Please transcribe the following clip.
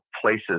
places